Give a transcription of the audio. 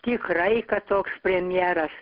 tikrai kad toks premjeras